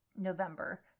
November